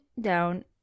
down